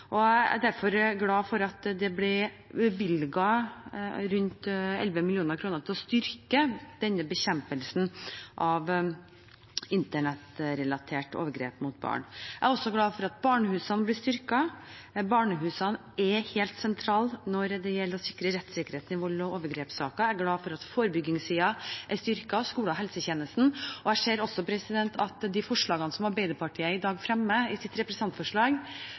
barna. Jeg er derfor glad for at det ble bevilget rundt 11 mill. kr til å styrke denne bekjempelsen av internettrelaterte overgrep mot barn. Jeg er også glad for at barnehusene blir styrket. Barnehusene er helt sentrale når det gjelder å sikre rettssikkerheten i vold- og overgrepssaker. Jeg er glad for at forebyggingssiden er styrket, skole- og helsetjenesten. Jeg ser også at flere av de forslagene som Arbeiderpartiet i dag fremmer i sitt representantforslag,